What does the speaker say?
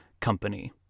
Company